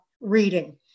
reading